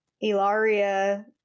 Ilaria